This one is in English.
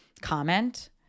comment